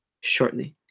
shortly